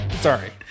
Sorry